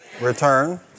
return